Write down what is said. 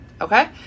okay